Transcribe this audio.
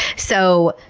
so,